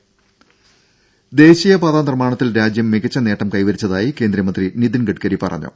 രുര ദേശീയപാതാ നിർമാണത്തിൽ രാജ്യം മികച്ച നേട്ടം കൈവരിച്ചതായി കേന്ദ്രമന്ത്രി നിതിൻ ഗഡ്കരി പറഞ്ഞു